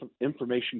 information